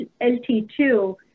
LT2